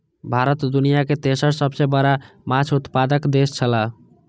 भारत दुनिया के तेसर सबसे बड़ा माछ उत्पादक देश छला